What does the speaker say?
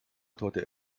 torte